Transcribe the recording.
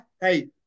Hey